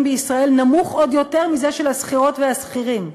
בישראל נמוך עוד יותר מזה של השכירות והשכירים,